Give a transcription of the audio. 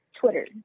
Twitter